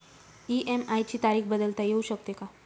EMI ची तारीख बदलता येऊ शकते का?